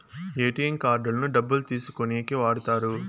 ATM కార్డులను డబ్బులు తీసుకోనీకి వాడుతారు